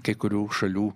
kai kurių šalių